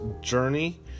Journey